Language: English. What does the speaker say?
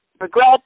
regret